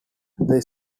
this